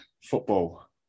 Football